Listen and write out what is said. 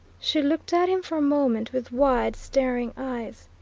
she looked at him for a moment with wide, staring eyes.